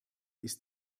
ist